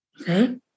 Okay